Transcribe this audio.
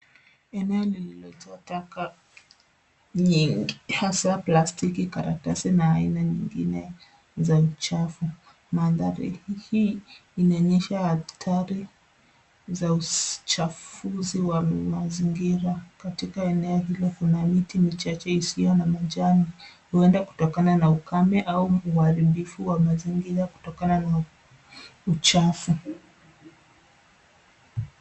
Eneo lililojaa taka nyingi hasa plastiki, karatasi na aina nyingine za uchafu. Mandhari hii inaonyesha hatari za uchafuzi wa mazingira. Katika eneo hilo kuna miti michache isiyo na majani, huenda kutokana na ukame au uharibifu wa mazingira kutokana na uchafu.